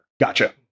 Gotcha